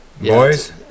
boys